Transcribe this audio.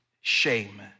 shame